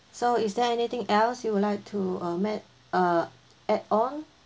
so is there anything else you would like to uh make uh add on